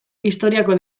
historiako